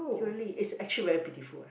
really it's actually very pitiful